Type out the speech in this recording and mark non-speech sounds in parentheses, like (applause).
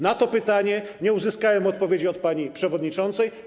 Na to pytanie (noise) nie uzyskałem odpowiedzi od pani przewodniczącej.